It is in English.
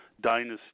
dynasty